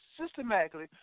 systematically